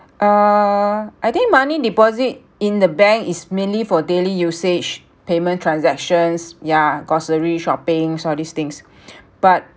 err I think money deposit in the bank is mainly for daily usage payment transactions yeah grocery shopping so all these things but